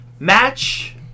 Match